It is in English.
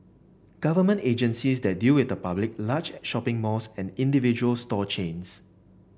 government agencies that deal with the public large shopping malls and individual store chains